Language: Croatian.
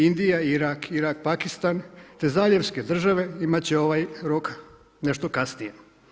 Indija, Irak, Iran, Pakistan te zaljevske države imat će ovaj rok nešto kasnije.